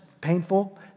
painful